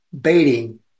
baiting